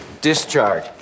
discharge